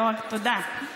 תודה.